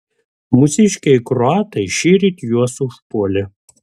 mūsiškiai kroatai šįryt juos užpuolė